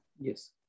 yes